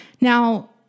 Now